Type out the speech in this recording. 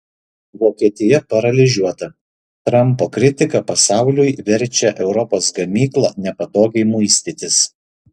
vokietija paralyžiuota trampo kritika pasauliui verčia europos gamyklą nepatogiai muistytis